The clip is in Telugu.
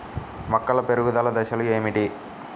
మొక్కల పెరుగుదల దశలు ఏమిటి?